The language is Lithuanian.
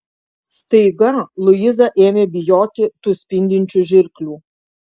staiga luiza ėmė bijoti tų spindinčių žirklių